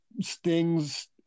Sting's